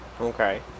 Okay